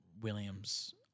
Williams